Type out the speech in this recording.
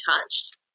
touched